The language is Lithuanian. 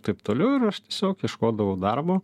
taip toliau ir aš tiesiog ieškodavau darbo